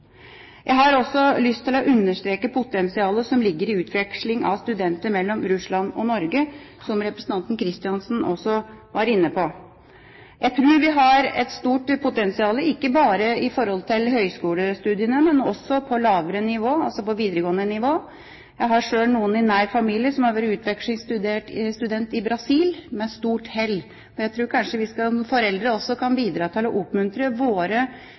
Jeg har også lyst til å understreke potensialet som ligger i utveksling av studenter mellom Russland og Norge, som representanten Kristiansen også var inne på. Jeg tror vi har et stort potensial ikke bare i forhold til høgskolestudiene, men også på lavere nivå, altså på videregående nivå. Jeg har sjøl noen i nær familie som har vært utvekslingsstudent i Brasil med stort hell. Jeg tror kanskje også at vi som foreldre kan bidra til å oppmuntre våre